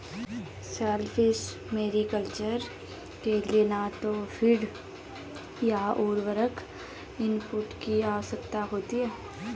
shellfish mariculture के लिए न तो फ़ीड या उर्वरक इनपुट की आवश्यकता होती है